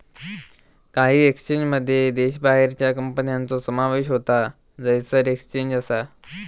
काही एक्सचेंजमध्ये देशाबाहेरच्या कंपन्यांचो समावेश होता जयसर एक्सचेंज असा